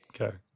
Okay